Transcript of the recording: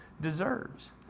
deserves